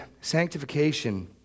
sanctification